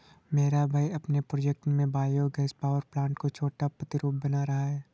मेरा भाई अपने प्रोजेक्ट में बायो गैस पावर प्लांट का छोटा प्रतिरूप बना रहा है